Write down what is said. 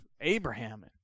Abraham